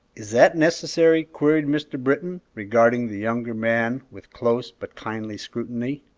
is that necessary? queried mr. britton, regarding the younger man with close but kindly scrutiny.